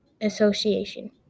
Association